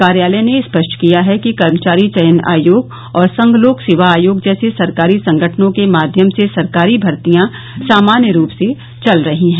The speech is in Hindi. कार्यालय ने स्पष्ट किया है कि कर्मचारी चयन आयोग और संघ लोक सेवा आयोग जैसे सरकारी संगठनों के माध्यम से सरकारी भर्तियां सामान्य रूप से चल रही हैं